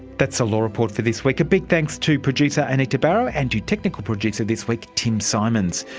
that's the law report for this week. a big thanks to producer anita barraud and to technical producer this week tim symonds.